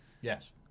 Yes